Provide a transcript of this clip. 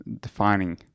defining